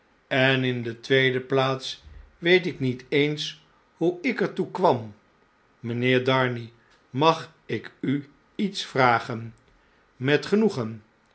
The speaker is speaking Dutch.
en in de tweede plaats weet ik niet eens hoe ik er toe kwam mpheer darnay mag ik u iets vragen met genoegen